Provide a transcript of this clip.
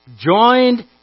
joined